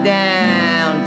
down